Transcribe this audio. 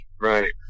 Right